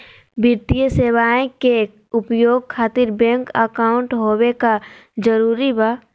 वित्तीय सेवाएं के उपयोग खातिर बैंक अकाउंट होबे का जरूरी बा?